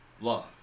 Love